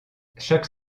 chaque